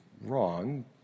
wrong